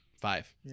Five